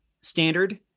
standard